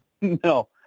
no